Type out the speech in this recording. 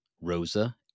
Rosa